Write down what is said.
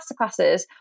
masterclasses